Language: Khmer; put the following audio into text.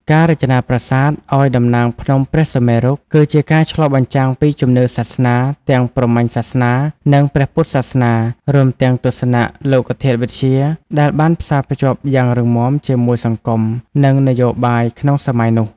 ការរចនាប្រាសាទឱ្យតំណាងភ្នំព្រះសុមេរុ គឺជាការឆ្លុះបញ្ចាំងពីជំនឿសាសនា ទាំងព្រហ្មញ្ញសាសនា និងព្រះពុទ្ធសាសនា រួមទាំងទស្សនៈលោកធាតុវិទ្យា ដែលបានផ្សារភ្ជាប់យ៉ាងរឹងមាំជាមួយសង្គម និងនយោបាយក្នុងសម័យនោះ។